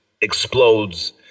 explodes